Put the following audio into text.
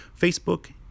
Facebook